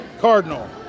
Cardinal